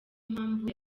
mpamvu